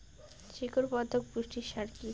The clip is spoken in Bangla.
শিকড় বর্ধক পুষ্টি সার কি?